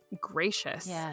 gracious